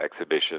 exhibition